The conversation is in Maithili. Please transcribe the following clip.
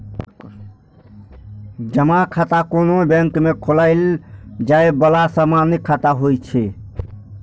जमा खाता कोनो बैंक मे खोलाएल जाए बला सामान्य खाता होइ छै